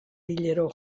hilero